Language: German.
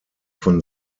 von